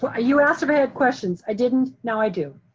but you asked if i had questions. i didn't, now i do.